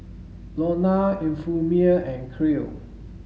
Lorna Euphemia and Kael